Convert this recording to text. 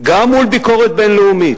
גם מול ביקורת בין-לאומית,